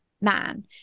man